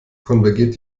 konvergiert